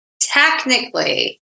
technically